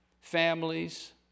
families